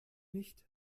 nicht